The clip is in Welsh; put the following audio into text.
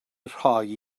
rhoi